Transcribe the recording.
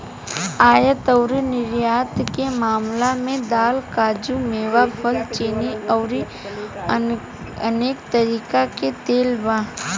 आयात अउरी निर्यात के मामला में दाल, काजू, मेवा, फल, चीनी अउरी अनेक तरीका के तेल बा